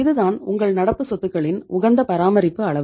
இதுதான் உங்கள் நடப்பு சொத்துக்களின் உகந்த பராமரிப்பு அளவு